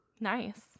nice